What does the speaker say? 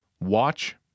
Watch